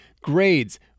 Grades